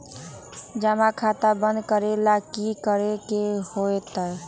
जमा खाता बंद करे ला की करे के होएत?